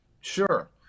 Sure